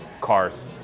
Cars